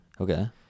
Okay